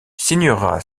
signera